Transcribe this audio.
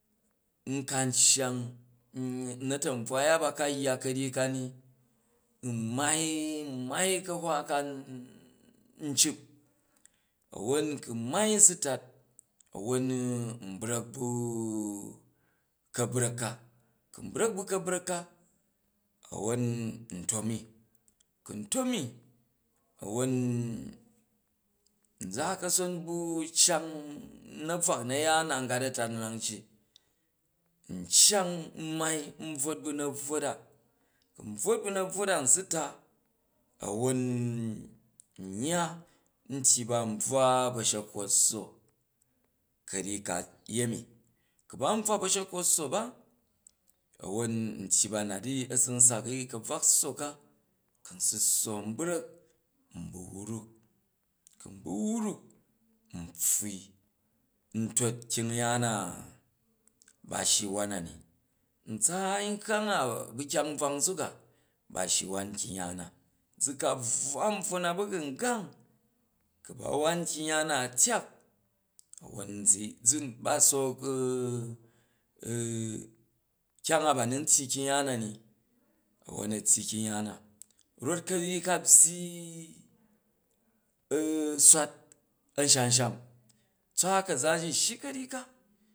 Nkan cyang na̱ta̱nbvwai a baka yya ka̱ryyi ka ni, n mai, n mai kahwa ka n cip a̱won ku̱ n mai u̱ su tat a̱won n brak bu̱ ka̱brak ka, ku nbrak bu̱ ka̱brak ka a̱wor n tom mi, ku̱ ntomi won nza ka̱son bu̱ cyang na̱bvwa na̱yaan a̱ngat a̱tanrang ji, ku n cyang n mai n bvwot ba̱ na̱bvwota, kun bvwof ba̱ nadvwot a su ta a̱won n yya n tyyi ba n bvwa ba̱shekkwot swo ka̱ryyi ka yenu, kr ba nbvwa ba̱shukwof swo ba a̱uon ntyyi ba nat di a ru nsaki i ka̱rak swoke ku nsu swo r brak n bu wruk, ku n bu wruk, n pfuai n tot kryimya na ba shyi wan na ni, n tsaai nkama a ba̱ kyang nbvak nzuk a ba shyi war kying ya na, zu ka bvwa a̱nbvwo na ba̱gungang, ku̱ ba war kying ya na a̱ tyak a̱won zu, zun ba book u u kyang a ba nun kyung ya na ni wor a̱ tyyi kyungyana not ka̱ryyi ka a̱ byyi u swat shansham tswa kaza ji shyi ka̱ryyi ka.